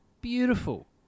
Beautiful